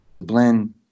blend